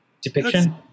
depiction